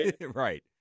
Right